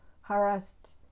harassed